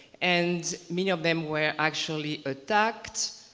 and many of them were actually attacked,